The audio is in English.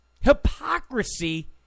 hypocrisy